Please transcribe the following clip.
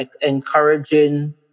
encouraging